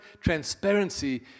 transparency